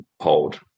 hold